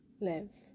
live